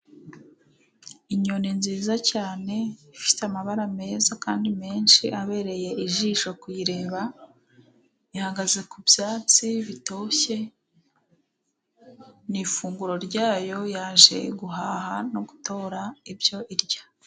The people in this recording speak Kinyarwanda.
Inyoni nziza cyane zifite amabara meza kandi menshi abereye ijisho kuyireba, ihagaze ku byatsi bitoshye, ni ifunguro ryayo yaje guhaha no gutora ibyo irya.